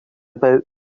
about